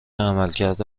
عملکرد